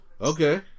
Okay